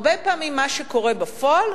הרבה פעמים מה שקורה בפועל,